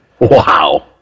Wow